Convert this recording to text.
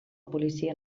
policia